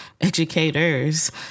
educators